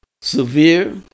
severe